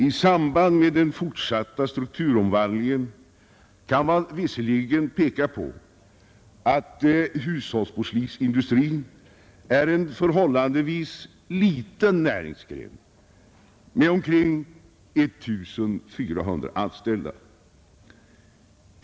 I samband med den fortsatta strukturomvandlingen kan man visserligen peka på att hushållsporslinsindustrin är en förhållandevis liten näringsgren med omkring 1 400 anställda.